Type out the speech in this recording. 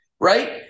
right